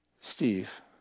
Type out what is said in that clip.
Steve